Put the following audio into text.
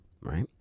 right